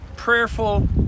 prayerful